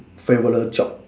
favourite job